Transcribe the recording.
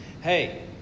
Hey